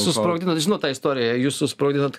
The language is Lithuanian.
susprogdinot sužinau tą istoriją jūs susprogdinot